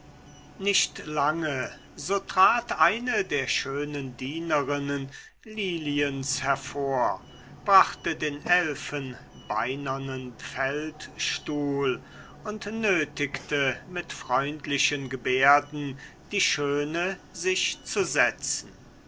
nicht lange so trat eine der schönen dienerinnen liliens hervor brachte den elfenbeinernen feldstuhl und nötigte mit freundlichen gebärden die schöne sich zu setzen